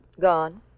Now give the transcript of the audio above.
Gone